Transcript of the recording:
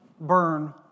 burn